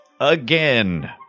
again